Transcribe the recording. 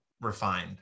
refined